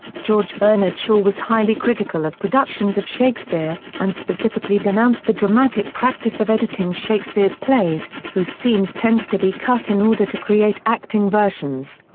george bernard shaw was highly critical of productions of shakespeare, and specifically denounced the dramatic practice of editing shakespeare's plays, whose scenes tended to be cut in order to create acting versions.